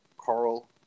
Carl